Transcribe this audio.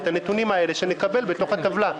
שנקבל את הנתונים האלה בתוך הטבלה.